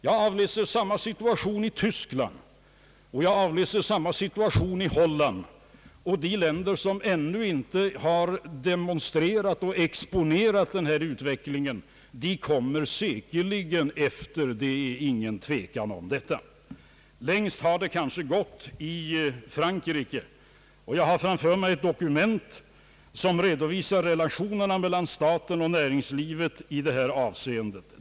Jag avläser samma situation i Tyskland och Holland. De länder som ännu inte gett exempel på samma utveckling följer säkerligen också efter, det är ingen tvekan om den saken. Längst har utvecklingen som sagt kanske gått i Frankrike. Jag har framför mig ett dokument som redovisar relationerna mellan staten och näringslivet i detta avseende.